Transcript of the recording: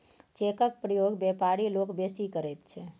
चेकक प्रयोग बेपारी लोक बेसी करैत छै